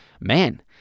Man